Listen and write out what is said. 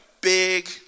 big